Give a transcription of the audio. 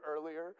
earlier